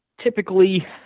typically